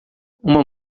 uma